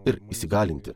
ir įsigalinti